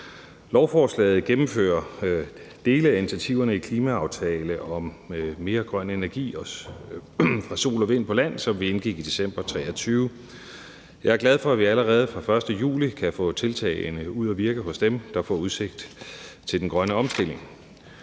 Lovforslaget gennemfører dele af initiativerne i klimaaftale om mere grøn energi fra sol og vind på land, som vi indgik i december 2023. Jeg er glad for, at vi allerede fra 1. juli kan få tiltagene ud at virke hos dem, der får udsigt til den grønne omstilling.